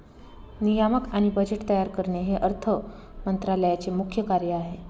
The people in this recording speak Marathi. नियामक आणि बजेट तयार करणे हे अर्थ मंत्रालयाचे मुख्य कार्य आहे